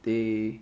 they